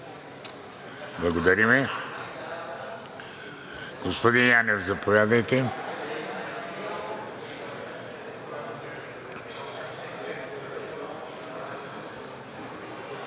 Благодаря. Господин Янев, заповядайте.